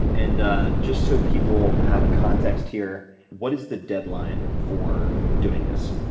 and ah just so people have a context here what is the deadline for doing this?